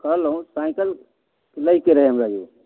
कहलहुँ साइकल लैके रहै हमरा यौ